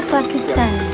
Pakistan